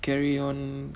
carry on